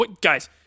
Guys